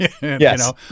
Yes